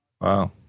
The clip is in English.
Wow